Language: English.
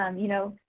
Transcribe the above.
um you know,